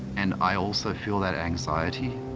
and i also feel that anxiety.